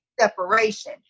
separation